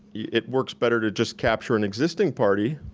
it works better to just capture an existing party,